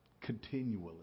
continually